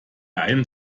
einem